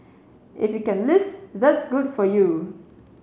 if you can list that's good for you